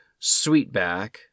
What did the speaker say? Sweetback